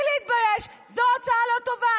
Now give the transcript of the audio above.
בלי להתבייש, שזו הצעה לא טובה.